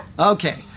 Okay